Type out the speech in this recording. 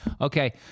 Okay